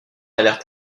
alerte